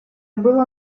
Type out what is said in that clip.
было